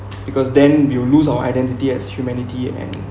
because then we will lose our identity as humanity and